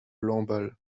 lamballe